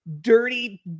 dirty